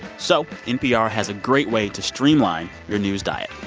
so npr has a great way to streamline your news diet.